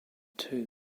two